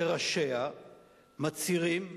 שראשיה מצהירים בגלוי,